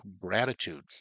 gratitude